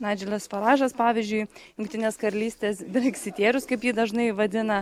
naidželas faradžas pavyzdžiui jungtinės karalystės breksitierius kaip jį dažnai vadina